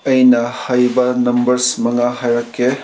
ꯑꯩꯅ ꯍꯩꯕ ꯅꯝꯕꯔꯁ ꯃꯉꯥ ꯍꯥꯏꯔꯛꯀꯦ